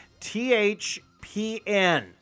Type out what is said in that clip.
THPN